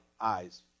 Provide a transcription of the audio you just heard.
eyes